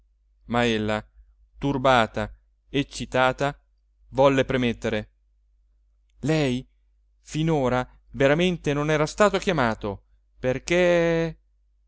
se ma ella turbata eccitata volle premettere lei finora veramente non era stato chiamato perché